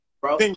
Bro